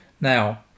now